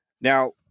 Now